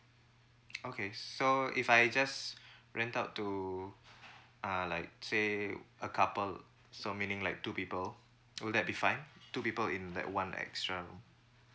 okay so if I just rent out to uh like say a couple so meaning like two people will that be fine two people in like one extra room